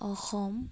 Assam